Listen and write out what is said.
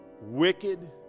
wicked